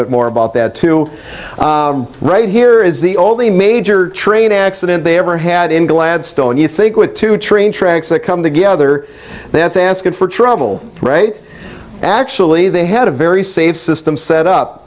bit more about that too right here is the only major train accident they ever had in gladstone you think with two train tracks that come together that's asking for trouble right actually they had a very safe system set up